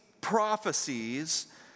prophecies